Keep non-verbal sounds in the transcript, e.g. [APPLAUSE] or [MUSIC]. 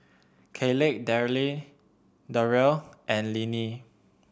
Kayleigh [UNINTELLIGIBLE] Deryl and Linnie